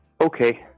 okay